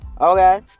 Okay